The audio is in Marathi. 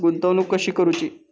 गुंतवणूक कशी करूची?